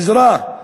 עזרה,